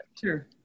Sure